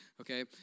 okay